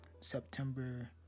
September